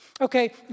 Okay